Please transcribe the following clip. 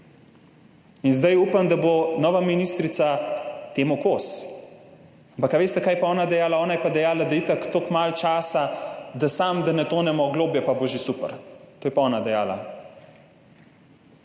In zdaj upam, da bo nova ministrica temu kos. Ampak ali veste, kaj je pa ona dejala? Ona je pa dejala, da je itak tako malo časa, samo, da ne tonemo globlje, pa bo že super. To je pa ona dejala.